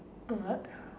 a what